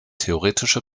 theoretische